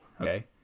Okay